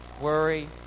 Worry